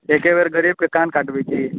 एके बेर गरीबके कान काटबै की